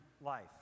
life